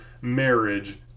marriage